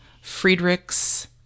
Friedrichs